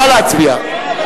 נא להצביע.